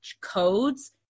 codes